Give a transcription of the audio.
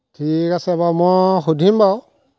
ঠিক আছে বাৰু মই সুধিম বাৰু